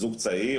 זוג צעיר,